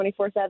24-7